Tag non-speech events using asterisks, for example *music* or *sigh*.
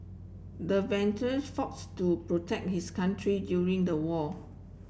the *unintelligible* faults to protect his country during the war